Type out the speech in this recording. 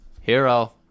hero